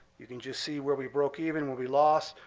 you can just see where we broke even, when we lost.